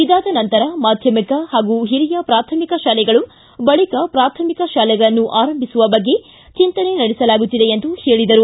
ಇದಾದ ನಂತರ ಮಾಧ್ಯಮಿಕ ಹಾಗೂ ಹಿರಿಯ ಪ್ರಾಥಮಿಕ ಶಾಲೆಗಳು ಬಳಿಕ ಪ್ರಾಥಮಿಕ ಶಾಲೆಗಳನ್ನು ಆರಂಭಿಸುವ ಬಗ್ಗೆ ಚಿಂತನೆ ನಡೆಸಲಾಗುತ್ತಿದೆ ಎಂದು ಹೇಳಿದರು